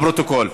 לפרוטוקול.